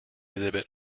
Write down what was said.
exhibit